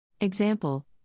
example